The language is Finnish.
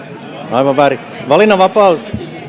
aivan väärin valinnanvapaus